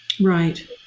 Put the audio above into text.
right